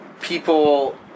people